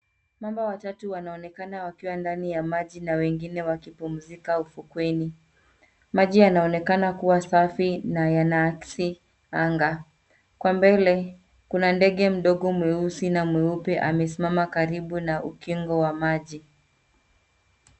Mama watatu wanaonekana wakiwa ndani ya maji na wengine wakipumzika ufukweni. Maji yanaonekana kuwa safi, na yanaakisi anga. Kwa mbele kuna ndege mdogo mweusi na mweupe amesimama karibu na ukingo wa maji.